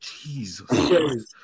Jesus